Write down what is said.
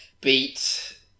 beat